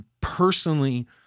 personally